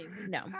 no